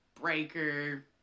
Breaker